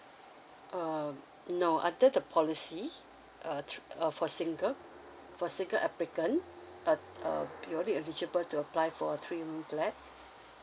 um no under the policy uh tr~ uh for single for single applicant uh uh you only eligible to apply for three room flat